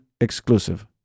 exclusive